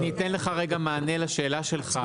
אני אתן לך מענה לשאלה שלך.